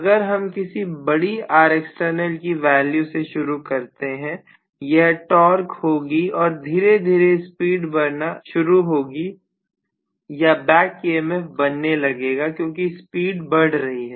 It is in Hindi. अगर हम किसी बड़ी Rext की वैल्यू से शुरू करते हैं यह टॉर्च होगी और धीरे धीरे स्पीड बढ़ना शुरू होगी या बैक ईएमएफ बनने लगेगा क्योंकि स्पीड बढ़ रही है